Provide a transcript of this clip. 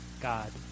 God